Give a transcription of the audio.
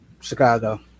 Chicago